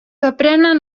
aprenen